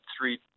three